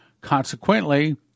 Consequently